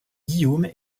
guillaume